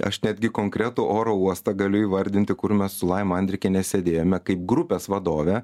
aš netgi konkretų oro uostą galiu įvardinti kur mes su laima andrikiene sėdėjome kai grupės vadove